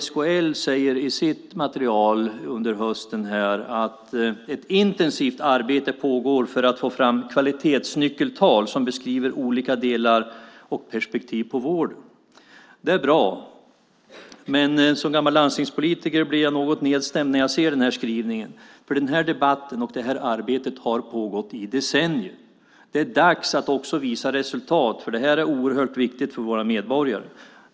SKL säger i sitt material under hösten här att ett intensivt arbete pågår för att få fram kvalitetsnyckeltal som beskriver olika delar och perspektiv på vården. Det är bra, men som gammal landstingspolitiker blir jag något nedstämd när jag ser den här skrivningen, för den här debatten och det här arbetet har pågått i decennier. Det är dags att också visa resultat, för det här är oerhört viktigt för våra medborgare.